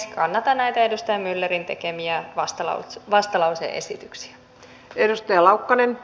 kannatan näitä edustaja myllerin tekemiä vastalause esityksiä